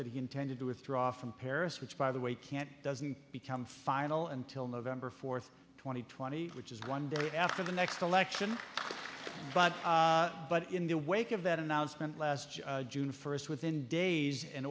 that he intended to withdraw from paris which by the way can't doesn't become final until november fourth two thousand and twenty which is one day after the next election but but in the wake of that announcement last june first within days an